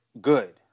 good